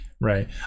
Right